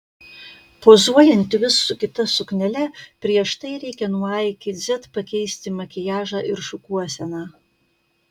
pozuojant vis su kita suknele prieš tai reikia nuo a iki z pakeisti makiažą ir šukuoseną